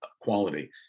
quality